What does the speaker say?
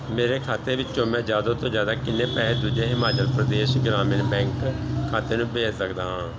ਮੇਰੇ ਖਾਤੇ ਵਿੱਚੋਂ ਮੈਂ ਜ਼ਿਆਦਾ ਤੋਂ ਜ਼ਿਆਦਾ ਕਿੰਨੇ ਪੈਸੇ ਦੂਜੇ ਹਿਮਾਚਲ ਪ੍ਰਦੇਸ਼ ਗ੍ਰਾਮੀਣ ਬੈਂਕ ਖਾਤੇ ਨੂੰ ਭੇਜ ਸੱਕਦਾ ਹਾਂ